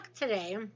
today